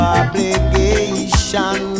obligation